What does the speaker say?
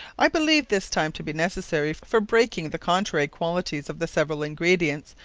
i believe this time to be necessary, for breaking the contrary qualities of the severall ingredients,